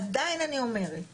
עדיין אני אומרת